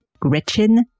Gretchen